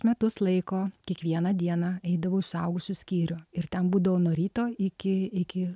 metus laiko kiekvieną dieną eidavau į suaugusių skyrių ir ten būdavau nuo ryto iki iki